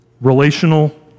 Relational